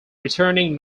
returning